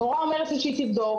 המורה אומרת לי שהיא תבדוק,